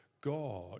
God